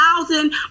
thousand